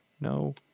no